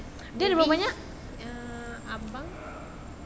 abang